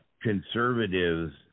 Conservatives